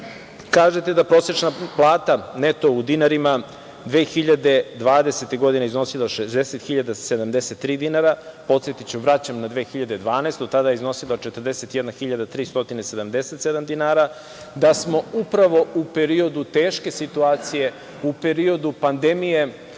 kažete da prosečna plata neto u dinarima 2020. godine iznosila je 60.073 dinara. Podsetiću, vraćam na 2012. godinu, tada je iznosila 41.377 dinara, da smo upravo u periodu teške situacije, u periodu pandemije